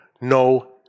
No